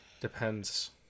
depends